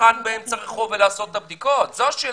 המשפחה כפי שזה בא לידי ביטוי בחוזר.